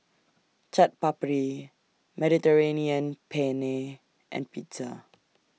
Chaat Papri Mediterranean Penne and Pizza